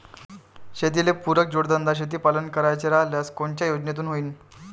शेतीले पुरक जोडधंदा शेळीपालन करायचा राह्यल्यास कोनच्या योजनेतून होईन?